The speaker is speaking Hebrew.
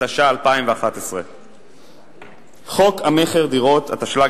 התשע"א 2011. חוק המכר (דירות), התשל"ג